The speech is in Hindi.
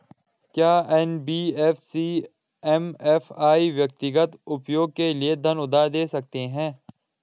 क्या एन.बी.एफ.सी एम.एफ.आई व्यक्तिगत उपयोग के लिए धन उधार दें सकते हैं?